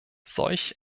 solch